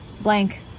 blank